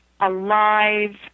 alive